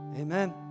Amen